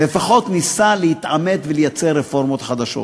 לפחות ניסה להתעמת ולייצר רפורמות חדשות.